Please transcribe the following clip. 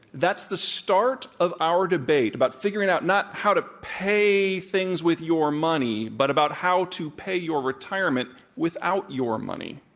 that's the start of our debate about figuring out not how to pay things with your money, but about how to pay your retirement without your money.